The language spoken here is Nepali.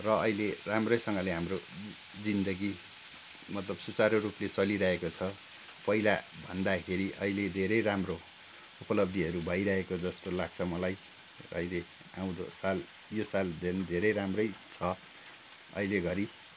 र अहिले राम्रोसँगले हाम्रो जिन्दगी मतलब सुचारु रूपले चलिरहेको छ पहिला भन्दाखेरि अहिले धेरै राम्रो उपलब्धिहरू भइरहेको जस्तो लाग्छ मलाई अहिले आउँदो साल यो साल झन् धेरै राम्रो छ अहिले घरी